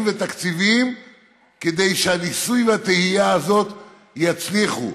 ותקציבים כדי שהניסוי והטעייה האלה יצליחו.